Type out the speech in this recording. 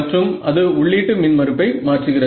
மற்றும் அது உள்ளீட்டு மின் மறுப்பை மாற்றுகிறது